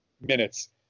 minutes